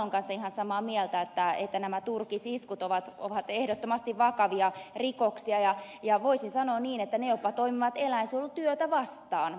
salon kanssa ihan samaa mieltä että nämä turkisiskut ovat ehdottomasti vakavia rikoksia ja voisin sanoa niin että ne jopa toimivat eläinsuojelutyötä vastaan